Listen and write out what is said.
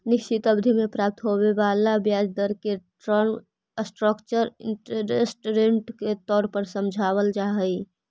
निश्चित अवधि में प्राप्त होवे वाला ब्याज दर के टर्म स्ट्रक्चर इंटरेस्ट रेट के तौर पर समझल जा सकऽ हई